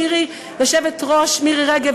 מירי רגב,